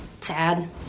sad